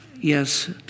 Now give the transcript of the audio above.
yes